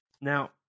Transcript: Now